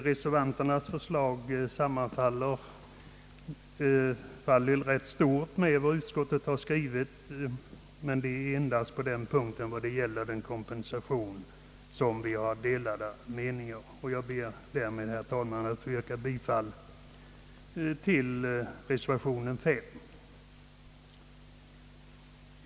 Reservanternas förslag sammanfaller i stort med vad utskottet har föreslagit. Det är endast i fråga om kompensationen som det råder delade meningar. Jag ber, herr talman, att få yrka bifall till reservation 5.